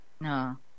No